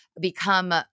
become